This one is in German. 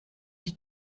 die